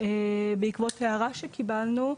בעקבות ההערה שקיבלנו.